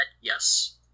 Yes